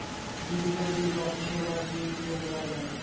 বিদ্যুতের বিল অফিসে না গিয়েও কিভাবে দেওয়া য়ায়?